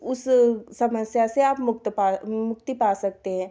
उस समस्या से आप मुक्त पा मुक्ति पा सकते हैं